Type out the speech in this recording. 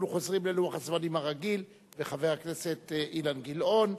אנחנו חוזרים ללוח הזמנים הרגיל ולחבר הכנסת אילן גילאון,